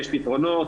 יש פתרונות,